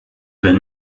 the